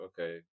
okay